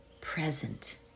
present